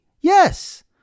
Yes